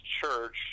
church